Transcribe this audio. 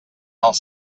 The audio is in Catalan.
els